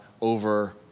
over